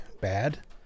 bad